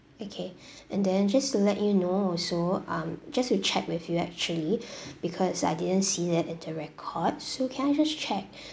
okay and then just to let you know also um just to check with you actually because I didn't see that in the records so can I just check